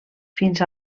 fins